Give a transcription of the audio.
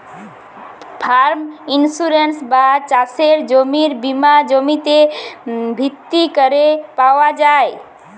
farm insurance বা চাসের জমির বীমা জমিতে ভিত্তি ক্যরে পাওয়া যায়